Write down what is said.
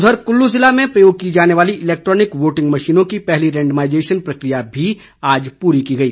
उधर कुल्लू जिला में प्रयोग की जाने वाली इलैक्ट्रॉनिक वोटिंग मशीनों की पहली रेंडमाईजेशन प्रक्रिया भी आज पूरी की गई